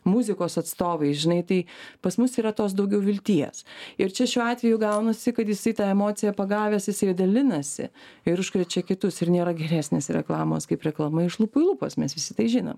muzikos atstovai žinai tai pas mus yra tos daugiau vilties ir čia šiuo atveju gaunasi kad jisai tą emociją pagavęs jisai dalinasi ir užkrečia kitus ir nėra geresnės reklamos kaip reklama iš lūpų į lūpas mes visi tai žinom